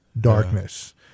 darkness